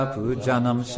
Pujanam